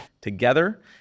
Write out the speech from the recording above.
together